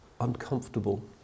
uncomfortable